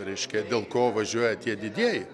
reiškia dėl ko važiuoja tie didieji